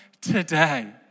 today